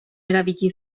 erabili